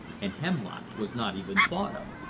and hemlock was not even thought of.